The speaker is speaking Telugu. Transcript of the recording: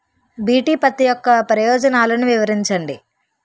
బి.టి పత్తి యొక్క ప్రయోజనాలను వివరించండి?